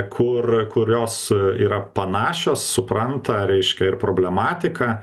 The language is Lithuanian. kur kurios yra panašios supranta reiškia ir problematiką